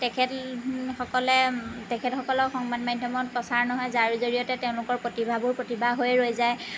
তেখেতসকলে তেখেতসকলক সংবাদ মাধ্যমত প্ৰচাৰ নহয় যাৰ জৰিয়তে তেওঁলোকৰ প্ৰতিভাবোৰ প্ৰতিভা হৈয়ে ৰৈ যায়